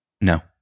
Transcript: No